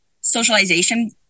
socialization